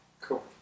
Cool